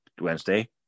Wednesday